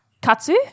Katsu